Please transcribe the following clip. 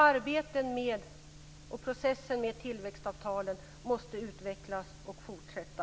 Arbetet och processen med tillväxtavtalen måste utvecklas och fortsätta.